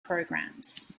programs